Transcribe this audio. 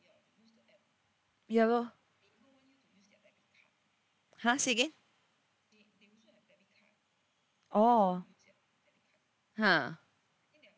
ya lor !huh! say again oh ha